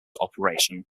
operation